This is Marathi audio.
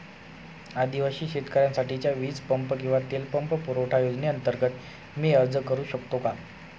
आदिवासी शेतकऱ्यांसाठीच्या वीज पंप किंवा तेल पंप पुरवठा योजनेअंतर्गत मी अर्ज करू शकतो का?